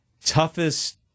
toughest